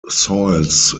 soils